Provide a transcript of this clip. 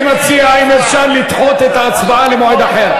אני רוצה להצביע על ההצעה הזאת.